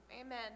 amen